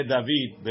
David